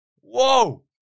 Whoa